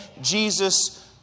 Jesus